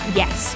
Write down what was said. yes